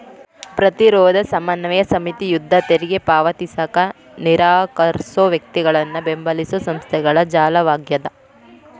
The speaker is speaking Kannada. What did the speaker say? ಪ್ರತಿರೋಧ ಸಮನ್ವಯ ಸಮಿತಿ ಯುದ್ಧ ತೆರಿಗೆ ಪಾವತಿಸಕ ನಿರಾಕರ್ಸೋ ವ್ಯಕ್ತಿಗಳನ್ನ ಬೆಂಬಲಿಸೊ ಸಂಸ್ಥೆಗಳ ಜಾಲವಾಗ್ಯದ